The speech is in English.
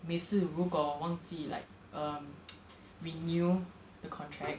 每次如果我忘记 like um renew the contract